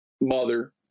mother